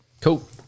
Cool